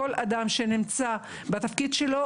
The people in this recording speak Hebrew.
כל אדם שנמצא בתפקיד שלו.